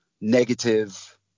negative